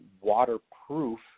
waterproof